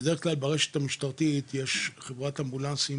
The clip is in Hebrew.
בדרך כלל ברשת המשטרתית יש חברת אמבולנסים